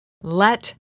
Let